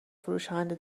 فروشنده